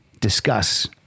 discuss